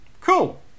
Cool